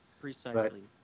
Precisely